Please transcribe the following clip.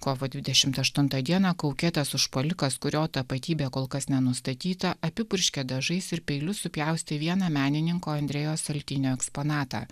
kovo dvidešimt aštuntą dieną kaukėtas užpuolikas kurio tapatybė kol kas nenustatyta apipurškė dažais ir peiliu supjaustė vieną menininko andrejaus saltinio eksponatą